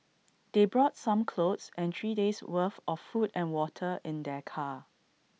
they brought some clothes and three days' worth of food and water in their car